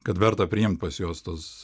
kad verta priimt pas juos tuos